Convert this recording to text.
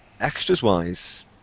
extras-wise